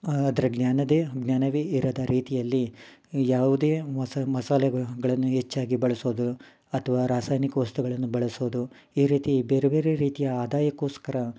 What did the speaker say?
ಅದ್ರ ಜ್ಞಾನವೇ ಜ್ಞಾನವೇ ಇರದ ರೀತಿಯಲ್ಲಿ ಈ ಯಾವುದೇ ಮಸಾ ಮಸಾಲೆಗಳನ್ನು ಹೆಚ್ಚಾಗಿ ಬಳಸೋದು ಅಥ್ವಾ ರಾಸಾಯನಿಕ ವಸ್ತುಗಳನ್ನು ಬಳಸೋದು ಈ ರೀತಿ ಬೇರೆ ಬೇರೆ ರೀತಿಯ ಆದಾಯಕ್ಕೋಸ್ಕರ